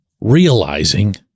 realizing